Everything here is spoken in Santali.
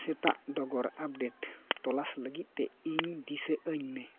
ᱥᱮᱛᱟᱜ ᱰᱚᱜᱚᱨ ᱟᱯᱰᱮᱴ ᱛᱚᱞᱟᱥ ᱞᱟᱹᱜᱤᱫ ᱛᱮ ᱤᱧ ᱫᱤᱥᱟᱹ ᱟᱹᱧ ᱢᱮ